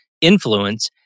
influence